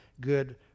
good